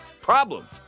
problems